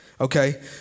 Okay